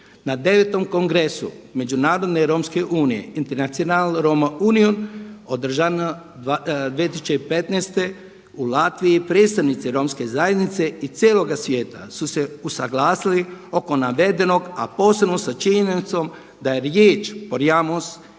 Na 9. Kongresu Međunarodne romske unije, International Roma Union održane 2015. u Latviji predstavnici Romske zajednice i cijeloga svijeta su se usuglasili oko navedenog a posebno sa činjenicom da je riječ „porjamos“